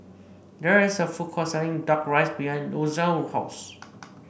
there is a food court selling duck rice behind Ozell's house